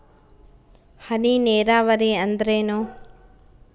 ಹನಿ ನೇರಾವರಿ ಎಂದರೇನು?